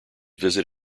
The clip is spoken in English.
visit